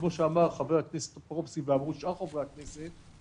כמו שאמר ח"כ טופורובסקי ושאר חברי הכנסת,